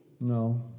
No